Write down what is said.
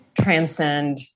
transcend